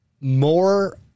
more